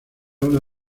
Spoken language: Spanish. una